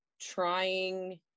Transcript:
trying